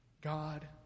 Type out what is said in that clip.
God